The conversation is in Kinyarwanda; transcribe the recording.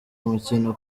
umukino